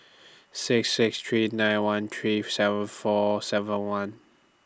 six six three nine one three seven four seven one